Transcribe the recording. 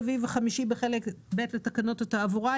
רביעי וחמישי בחלק ב' לתקנות התעבורה,